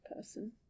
person